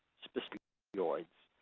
specific opioids.